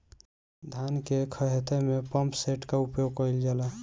धान के ख़हेते में पम्पसेट का उपयोग कइल जाला?